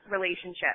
relationship